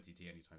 anytime